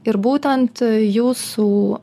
ir būtent jūsų